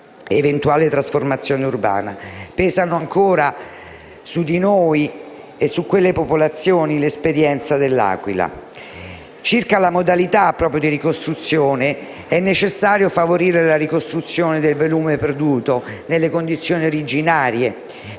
dell'eventuale trasformazione urbana. Pesa ancora su di noi e su quelle popolazioni l'esperienza dell'Aquila. Circa la modalità di ricostruzione, è necessario favorire la ricostruzione del patrimonio perduto, nelle condizioni originarie